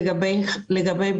שאלה לגבי חיפה.